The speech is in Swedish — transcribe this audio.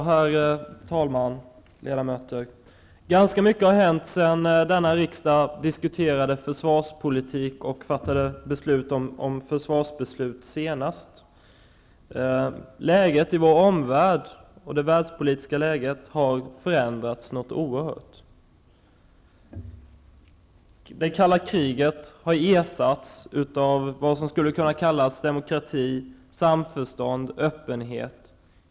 Herr talman! Ledamöter! Det har hänt ganska mycket sedan denna riksdag diskuterade försvarspolitik och fattade försvarsbeslut senast. Läget i vår omvärld och det världspolitiska läget har förändrats oerhört. Det kalla kriget har ersatts av demokrati, samförstånd och öppenhet.